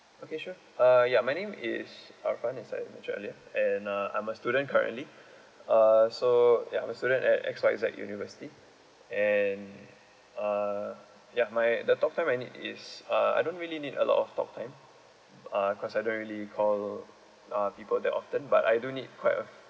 okay sure uh ya my name is arfan which I mentioned earlier and uh I'm a student currently uh so ya so I'm a student at X Y Z university and uh yup my the talk time I need is uh I don't really need a lot of talk time uh because I don't really call uh people that often but I do need quite uh